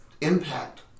impact